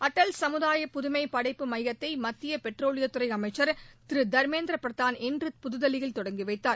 அடல் சமுதாய புதுமை படைப்பு மையத்தை மத்திய பெட்ரோலியத் துறை அமைச்ச் திரு தர்மேந்தர் பிரதான் இன்று புதுதில்லியில் தொடங்கி வைத்தார்